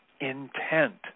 intent